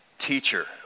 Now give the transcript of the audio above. teacher